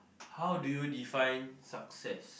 how do you define success